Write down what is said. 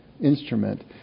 instrument